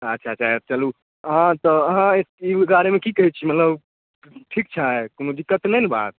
आच्छा अच्छा चलू अहाँ तऽ आहाँ ई बारेमे की कहै छी मतलब ठिक छै कोनो दिक्कत नहि ने बात